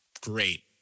Great